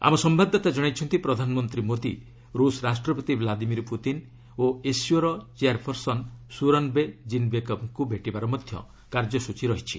ଆମ ସମ୍ବାଦଦାତା ଜଣାଇଛନ୍ତି ପ୍ରଧାନମନ୍ତ୍ରୀ ମୋଦୀ ରୁଷ ରାଷ୍ଟ୍ରପତି ଭ୍ଲାଦିମିର୍ ପୁତିନ୍ ଓ ଏସ୍ସିଓ ଚେୟାର୍ପର୍ସନ୍ ସୁରନ୍ବେ ଜିନ୍ବେକବ୍ଙ୍କୁ ଭେଟିବାର ମଧ୍ୟ କାର୍ଯ୍ୟସ୍ରଚୀ ରହିଛି